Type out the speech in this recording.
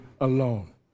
alone